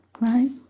right